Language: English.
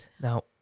Now